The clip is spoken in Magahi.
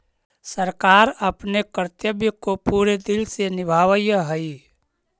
सरकार अपने कर्तव्य को पूरे दिल से निभावअ हई